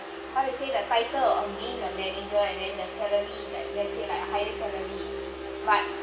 how to say the title I mean the manager and then the salary like let's say like higher salary but